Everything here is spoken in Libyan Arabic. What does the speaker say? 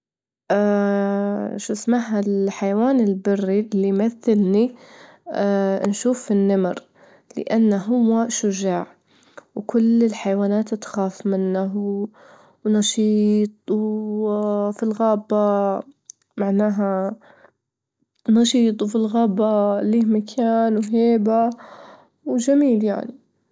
شو إسمها الحيوان البري اللي يمثلني? نشوف النمر لإن هو شجاع وكل الحيوانات تخاف منه، ونشيط، وفي الغابة معناها نشيط، وفي الغابة له مكان وهيبة وجميل يعني.